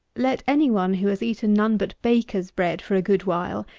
let any one who has eaten none but baker's bread for a good while,